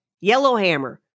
Yellowhammer